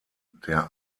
der